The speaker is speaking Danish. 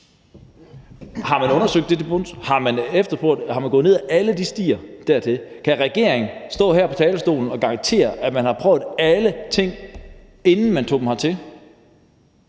Har man undersøgt det til bunds? Er man gået ned ad alle de stier dertil? Kan regeringen stå her på talerstolen og garantere, at man har prøvet alle ting, inden man tog dem hertil?